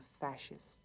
fascist